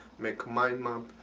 make mind maps,